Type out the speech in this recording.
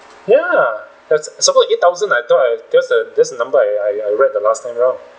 ya that's supposed to be eight thousand I thought I just a just a number I I I read the last time round